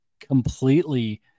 completely